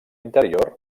interior